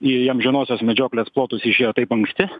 į amžinosios medžioklės plotus išėjo taip anksti